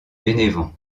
bénévent